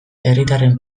herritarren